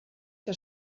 que